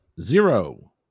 Zero